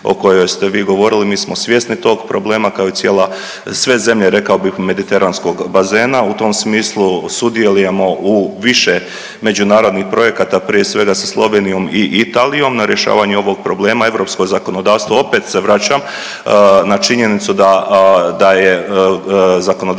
o kojoj ste vi govorili. Mi smo svjesni tog problema, kao i cijela, sve zemlje rekao bih mediteranskog bazena. U tom smislu sudjelujemo u više međunarodnih projekata, prije svega sa Slovenijom i Italijom na rješavanju ovog problema. Europsko zakonodavstvo, opet se vraćam na činjenicu da, da je zakonodavstvo